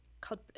called